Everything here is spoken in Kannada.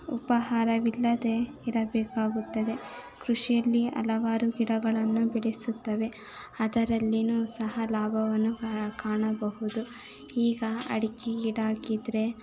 ಉಪಹಾರವಿಲ್ಲದೆ ಇರಬೇಕಾಗುತ್ತದೆ ಕೃಷಿಯಲ್ಲಿ ಹಲವಾರು ಗಿಡಗಳನ್ನು ಬಿಡಿಸುತ್ತವೆ ಅದರಲ್ಲಿನೂ ಸಹ ಲಾಭವನ್ನು ಕಾಣ ಕಾಣಬಹುದು ಈಗ ಅಡ್ಕೆ ಗಿಡ ಹಾಕಿದ್ರೆ